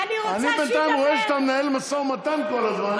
אני בינתיים רואה שאתה מנהל משא ומתן כל הזמן,